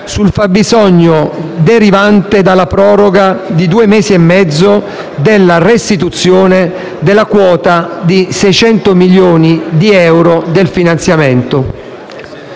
sul fabbisogno derivante dalla proroga, di due mesi e mezzo, della restituzione della quota di 600 milioni di euro del finanziamento.